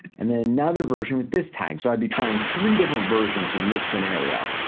and then another version with this tag. so i'd be trying three different versions in this scenario.